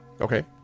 Okay